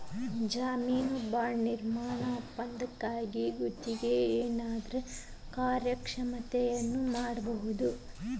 ಜಾಮೇನು ಬಾಂಡ್ ನಿರ್ಮಾಣ ಒಪ್ಪಂದಕ್ಕಾಗಿ ಗುತ್ತಿಗೆದಾರನ ಕಾರ್ಯಕ್ಷಮತೆಯನ್ನ ಖಾತರಿಪಡಸಕ ಬಳಸ್ತಾರ